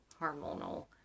hormonal